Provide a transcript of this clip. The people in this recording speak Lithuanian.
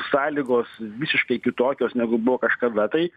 sąlygos visiškai kitokios negu buvo kažkada tai